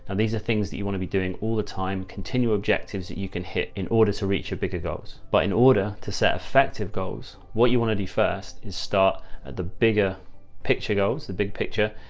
these are things that you want to be doing all the time. continual objectives that you can hit in order to reach a bigger goals, but in order to set effective goals, what you want to do first is start at the bigger picture goals, the big picture,